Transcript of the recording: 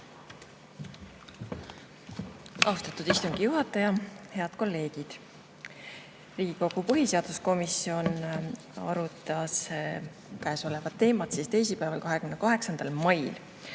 Austatud istungi juhataja! Head kolleegid! Riigikogu põhiseaduskomisjon arutas käesolevat teemat teisipäeval, 28. mail.